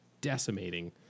decimating